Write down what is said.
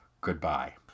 goodbye